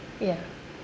yeah